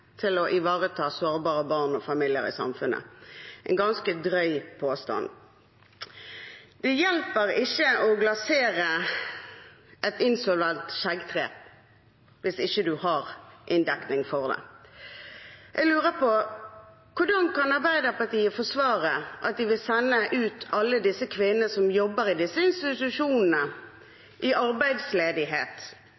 til å ivareta sårbare barn og familier i samfunnet – en ganske drøy påstand. Det hjelper ikke å glasere et insolvent skjeggtre hvis du ikke har inndekning for det. Jeg lurer på: Hvordan kan Arbeiderpartiet forsvare at de vil sende alle kvinnene som jobber i disse institusjonene,